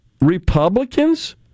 Republicans